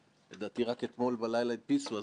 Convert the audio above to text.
ולהגיב בעוד שבוע, לא ב"שלוֹף".